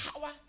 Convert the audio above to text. power